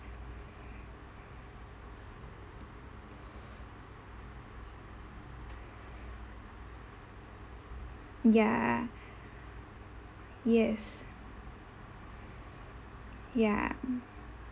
ya yes ya